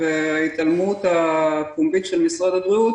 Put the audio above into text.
וההתעלמות הפומבית של משרד הבריאות,